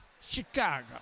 Chicago